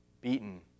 beaten